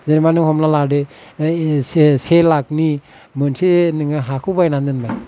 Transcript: जेनेबा नोङो हमना लादो से से लाखनि मोनसे नोङो हाखौ बायनानै दोनबाय